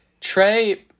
Trey